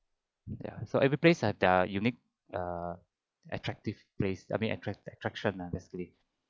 ya so every place has their unique err attractive place I mean attract attraction ah basically